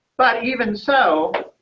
but even so,